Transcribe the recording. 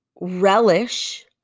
relish